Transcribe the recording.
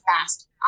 fast